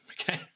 Okay